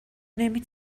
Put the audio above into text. نمی